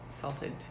salted